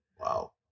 Wow